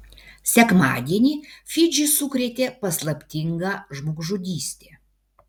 sekmadienį fidžį sukrėtė paslaptinga žmogžudystė